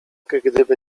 gdyby